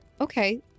Okay